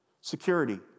Security